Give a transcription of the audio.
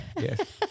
Yes